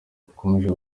ukomeje